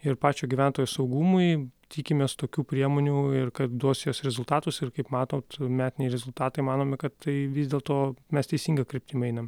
ir pačio gyventojo saugumui tikimės tokių priemonių ir kad duos jos rezultatus ir kaip matot metiniai rezultatai manome kad tai vis dėlto mes teisinga kryptim einam